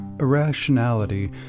irrationality